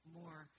more